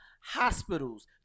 hospitals